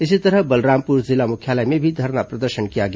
इसी तरह बलरामपुर जिला मुख्यालय में भी धरना प्रदर्शन किया गया